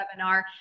webinar